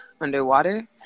underwater